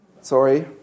Sorry